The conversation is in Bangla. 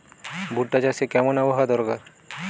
ভুট্টা চাষে কেমন আবহাওয়া দরকার?